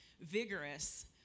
vigorous